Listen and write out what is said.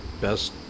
best